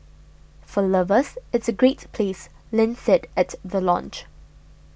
for lovers it's a great place Lin said at the launch